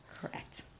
Correct